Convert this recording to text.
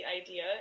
idea